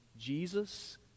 Jesus